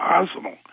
impossible